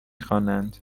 خوانند